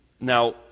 Now